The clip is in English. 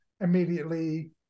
immediately